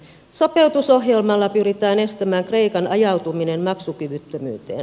sopeutusohjelmalla pyritään estämään kreikan ajautuminen maksukyvyttömyyteen